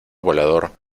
volador